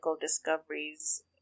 discoveries